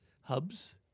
hubs